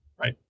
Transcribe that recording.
right